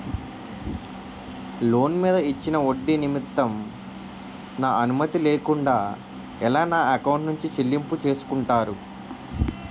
Loan మీద ఇచ్చిన ఒడ్డి నిమిత్తం నా అనుమతి లేకుండా ఎలా నా ఎకౌంట్ నుంచి చెల్లింపు చేసుకుంటారు?